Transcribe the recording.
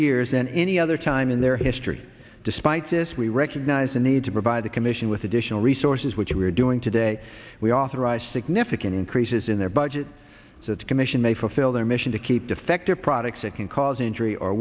years than any other time in their history despite this we recognize the need to provide the commission with additional resources which we are doing today we authorized significant increases in their budget so the commission may fulfill their mission to keep defective products that can cause injury or